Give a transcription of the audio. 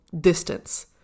distance